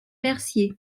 mercier